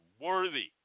worthy